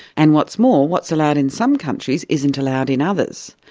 and what's more, what's allowed in some countries isn't allowed in others.